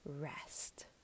rest